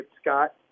scott